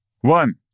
one